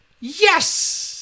yes